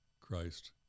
Christ